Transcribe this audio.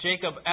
Jacob